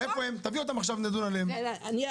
תביאי אותן עכשיו ונדון עליהן היום.